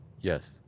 Yes